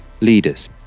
leaders